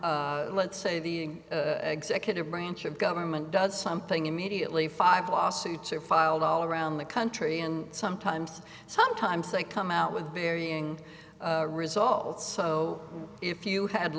let's say the executive branch of government does something immediately five lawsuits are filed all around the country and sometimes sometimes they come out with varying results so if you had